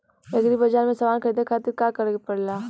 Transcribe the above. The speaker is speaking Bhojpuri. एग्री बाज़ार से समान ख़रीदे खातिर का करे के पड़ेला?